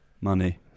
money